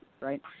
right